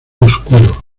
oscuro